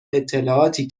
اطلاعاتی